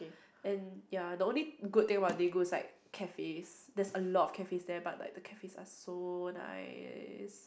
in ya the only good thing about Daegu is like cafes there's a lot of cafes there but like the cafes are so nice